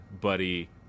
Buddy